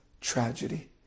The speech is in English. tragedy